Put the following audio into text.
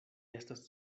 estas